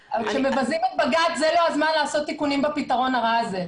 כשמבזים את בג"צ זה לא הזמן לעשות תיקונים בפתרון הרע הזה,